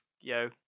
yo